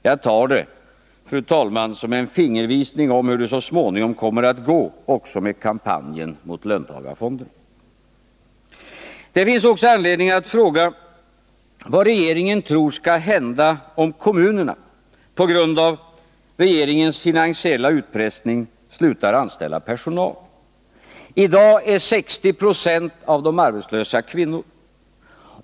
Jag tar det, fru talman, som en fingervisning om hur det så småningom kommer att gå också med kampanjen mot löntagarfonderna. Det finns även anledning att fråga vad regeringen tror skall hända om kommunerna på grund av regeringens finansiella utpressning slutar anställa personal. I dag är 60 960 av de arbetslösa kvinnor.